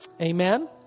Amen